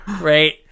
Right